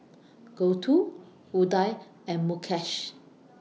Gouthu Udai and Mukesh